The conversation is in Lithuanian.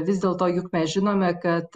vis dėlto juk mes žinome kad